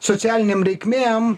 socialinėm reikmėm